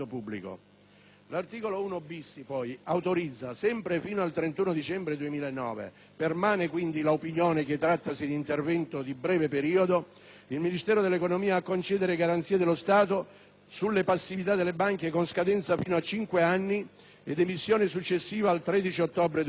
L'articolo 1-*bis* autorizza, sempre fino al 31 dicembre 2009 (permane quindi l'opinione che trattasi di intervento di breve periodo), il Ministero dell'economia e delle finanze a concedere la garanzia dello Stato sulle passività delle banche con scadenza fino a cinque anni e di emissione successiva al 13 ottobre 2008.